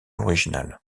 original